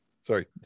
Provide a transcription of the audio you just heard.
Sorry